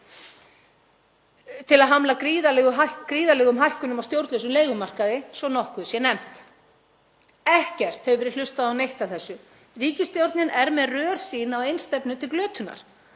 til að hamla gríðarlegum hækkunum á stjórnlausum leigumarkaði, svo nokkuð sé nefnt. Ekki hefur verið hlustað á neitt af þessu. Ríkisstjórnin er með rörsýn á einstefnu til glötunar.